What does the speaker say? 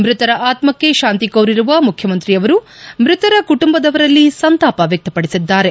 ಮೃತ ಆತ್ರಕ್ಷೆ ಶಾಂತಿ ಕೋರಿರುವ ಮುಖ್ಯಮಂತ್ರಿಯವರು ಮ್ಬತರ ಕುಟುಂಬದವರಲ್ಲಿ ಸಂತಾಪ ವ್ಯಕ್ತಪಡಿಸಿದ್ದಾರೆ